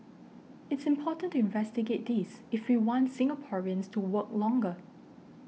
it's important to investigate this if we want Singaporeans to work longer